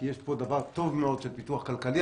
כי יש פה דבר טוב מאוד של פיתוח כלכלי,